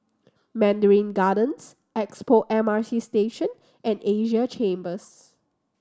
Mandarin Gardens Expo M R T Station and Asia Chambers